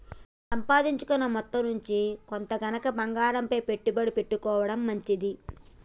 మన సంపాదించుకున్న మొత్తం నుంచి కొంత గనక బంగారంపైన పెట్టుబడి పెట్టుకోడం మంచిది